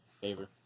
Favor